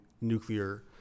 nuclear